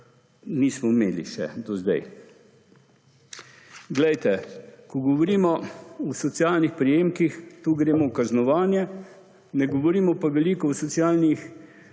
nismo imeli še do zdaj. Glejte, ko govorimo o socialnih prejemkih, tu gremo v kaznovanje, ne govorimo pa veliko o socialnih